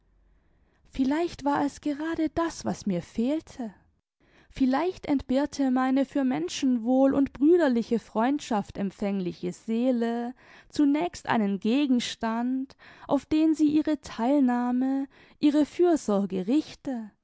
vielleicht war es gerade das was mir fehlte vielleicht entbehrte meine für menschenwohl und brüderliche freundschaft empfängliche seele zunächst einen gegenstand auf den sie ihre theilnahme ihre fürsorge richte